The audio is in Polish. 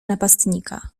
napastnika